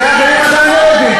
אולי אחרים עדיין לא יודעים,